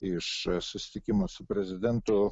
iš susitikimo su prezidentu